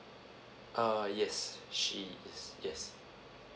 err yes she is yes